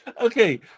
Okay